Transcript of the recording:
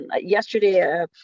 yesterday